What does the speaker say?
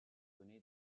doté